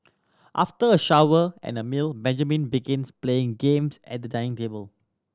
after a shower and a meal Benjamin begins playing games at the dining table